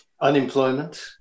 unemployment